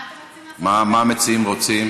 מה אתם רוצים לעשות, מה המציעים רוצים?